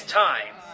time